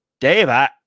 Dave